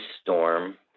storm